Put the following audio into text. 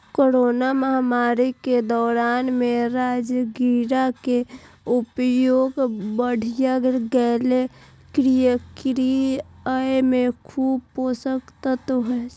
corona महामारी के दौर मे राजगिरा के उपयोग बढ़ि गैले, कियैकि अय मे खूब पोषक तत्व छै